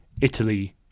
Italy